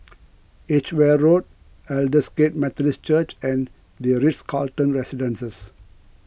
Edgeware Road Aldersgate Methodist Church and the Ritz Carlton Residences